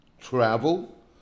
Travel